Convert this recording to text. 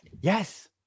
Yes